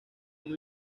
muy